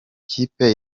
kipe